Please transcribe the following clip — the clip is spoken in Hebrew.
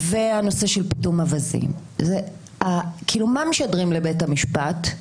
הנושא של פיטום אווזים, מה משדרים לבית המשפט?